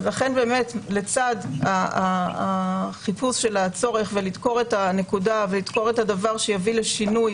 לכן לצד חיפוש הצורך לדקור את הנקודה ולדקור את הדבר שיביא לשינוי